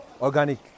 organic